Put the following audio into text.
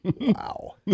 Wow